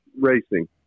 racing